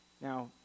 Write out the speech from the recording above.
Now